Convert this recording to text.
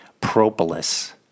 propolis